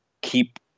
keep